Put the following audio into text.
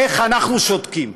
איך אנחנו שותקים?